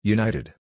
United